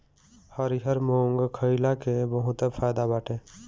हरिहर मुंग खईला के बहुते फायदा बाटे